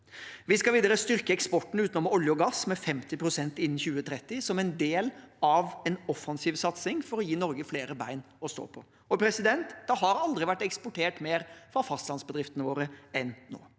Vi skal videre styrke eksporten utenom olje og gass med 50 pst. innen 2030, som en del av en offensiv satsing for å gi Norge flere bein å stå på. Og det har aldri vært eksportert mer fra fastlandsbedriftene våre enn nå.